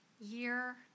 year